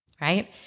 right